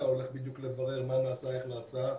אני הולך בדיוק לברר מה נעשה ואיך נעשה.